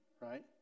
Right